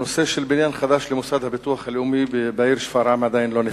הנושא של בניין חדש למוסד הביטוח הלאומי בעיר שפרעם עדיין לא נפתר,